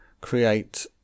create